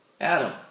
Adam